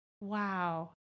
wow